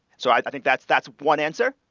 so i think that's that's one answer.